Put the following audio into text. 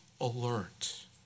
alert